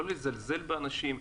לא לזלזל באנשים.